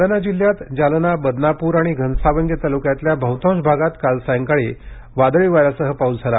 जालना जिल्ह्यात जालना बदनापूर आणि घनसावंगी तालुक्यातल्या बहुतांश भागात काल सायंकाळी वादळी वाऱ्यासह पाऊस झाला